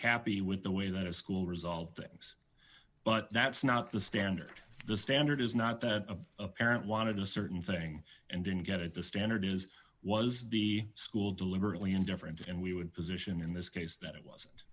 with the way that a school resolved things but that's not the standard the standard is not that of a parent wanted a certain thing and didn't get it the standard is was the school deliberately indifferent and we would position in this case that it wasn't